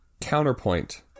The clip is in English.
counterpoint